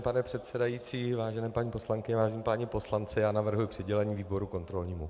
Vážený pane předsedající, vážené paní poslankyně, vážení páni poslanci, já navrhuji přidělení výboru kontrolnímu.